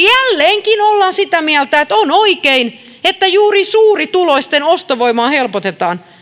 jälleenkin ollaan sitä mieltä että on oikein että juuri suurituloisten ostovoimaa helpotetaan